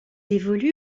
évolue